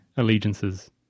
allegiances